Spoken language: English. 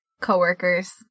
coworkers